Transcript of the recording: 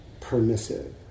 permissive